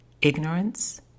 ignorance